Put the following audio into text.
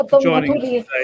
joining